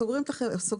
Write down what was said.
סוגרים את החברה,